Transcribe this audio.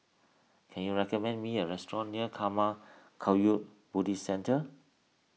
can you recommend me a restaurant near Karma Kagyud Buddhist Centre